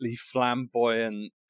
flamboyant